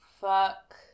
Fuck